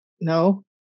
no